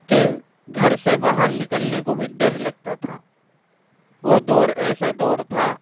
کہ گھر سے باہر نکلنے کو بھی ڈر لگتا تھا وہ دور ایسا دور تھا